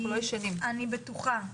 אני בטוחה,